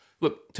Look